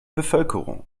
bevölkerung